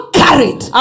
carried